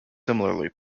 similarly